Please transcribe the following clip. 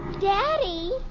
Daddy